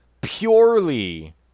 purely